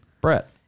Brett